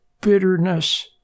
bitterness